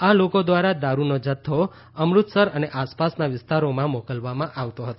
આ લોકો દ્વારા દારૂનો જથ્થો અમૃતસર અને આસપાસના વિસ્તારોમાં મોકલવામાં આવતો હતો